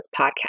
podcast